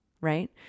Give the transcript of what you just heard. right